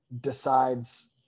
decides